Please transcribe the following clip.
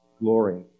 glory